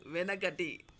వెనకటి